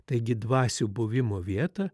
taigi dvasių buvimo vietą